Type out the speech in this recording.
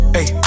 Hey